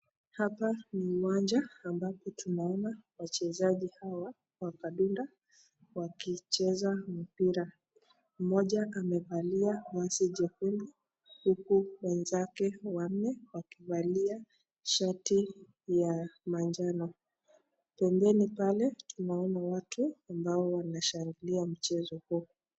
Hapa ni uwanja ambapo tumeouna wachezaji hawa wakandanda wakicheza mpira moja amevalia vazi nyekundu huku wenzake wakivalia shiti ya manjano, pembeni pale tunaona watu ambao wanashangilia mchezo huo.